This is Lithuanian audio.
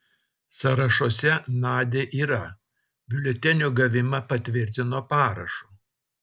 sąrašuose nadia yra biuletenio gavimą patvirtino parašu